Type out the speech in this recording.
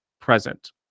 present